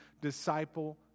disciple